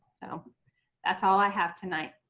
so that's all i have tonight.